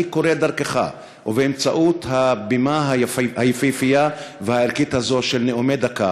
אני קורא דרכך ובאמצעות הבימה היפהפייה והערכית הזאת של נאומי דקה